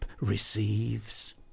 receives